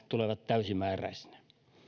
tulevat täysimääräisinä